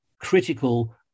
critical